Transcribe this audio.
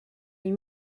les